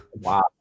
Wow